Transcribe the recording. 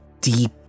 deep